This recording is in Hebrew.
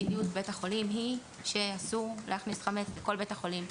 מדיניות בית החולים היא שאסור להכניס חמץ לכל בית החולים,